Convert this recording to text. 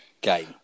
game